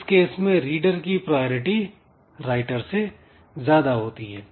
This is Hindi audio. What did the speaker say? इस केस में रीडर की प्रायरिटी राइटर से ज्यादा होती है